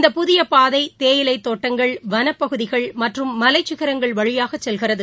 இந்த புதியபாதைதேயிலைத் தோட்டங்கள் வனப்பகுதிகள் மற்றும் மலைச்சிகங்கள் வழியாகசெல்கிறது